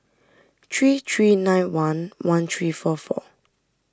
three three nine one one three four four